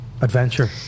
adventure